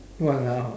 !walao!